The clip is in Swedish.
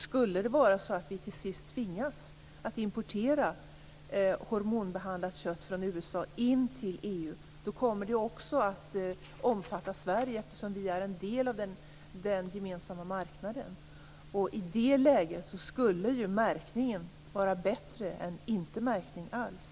Skulle det vara så att vi till sist tvingas importera hormonbehandlat kött från USA in till EU så kommer det ju också att omfatta Sverige eftersom vi är en del av den gemensamma marknaden. I det läget skulle ju märkningen vara bättre än inte märkning alls.